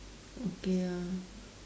okay ah